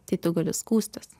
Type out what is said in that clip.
tai tu gali skųstis